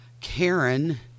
Karen